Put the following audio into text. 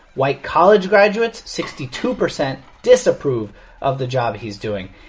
white college graduates sixty two percent disapprove of the job he's doing.